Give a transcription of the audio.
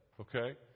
okay